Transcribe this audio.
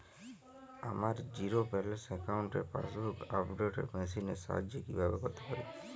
আমার zero balance অ্যাকাউন্টে passbook update machine এর সাহায্যে কীভাবে করতে পারব?